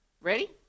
Ready